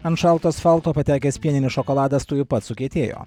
ant šalto asfalto patekęs pieninis šokoladas tuoj pat sukietėjo